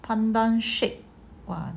pandan shake !wah!